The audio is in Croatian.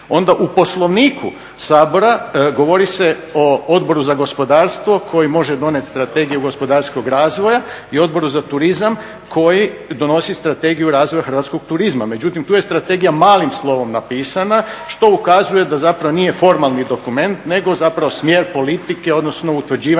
Onda u Poslovniku Sabora govori se o Odboru za gospodarstvo koji može donijeti strategiju gospodarskog razvoja i Odboru za turizam koji donosi Strategiju razvoja Hrvatskog turizma. Međutim, tu je strategija malim slovom napisana što ukazuje da zapravo nije formalni dokument, nego zapravo smjer politike Prema